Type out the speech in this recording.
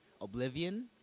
Oblivion